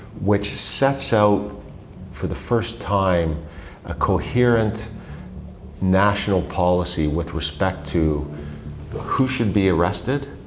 which sets out for the first time a coherent national policy with respect to who should be arrested,